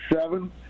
seven